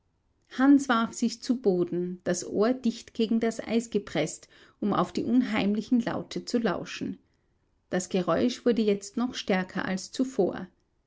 hans warf sich zu boden das ohr dicht gegen das eis gepreßt um auf die unheimlichen laute zu lauschen das geräusch wurde jetzt noch stärker als zuvor